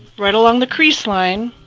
right along the crease line,